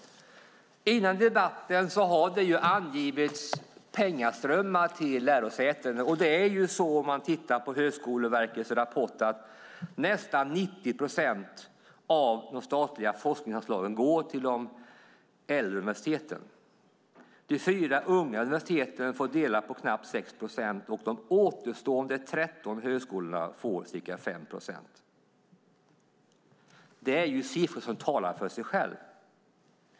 Före debatten har det angetts pengaströmmar till lärosäten. Om man tittar i Högskoleverkets rapport ser man att nästan 90 procent av de statliga forskningsanslagen går till de äldre universiteten. De 4 unga universiteten har fått dela på knappt 6 procent, och de återstående 13 högskolorna får ca 5 procent. Det är siffror som talar för sig själva.